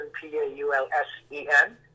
P-A-U-L-S-E-N